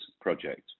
project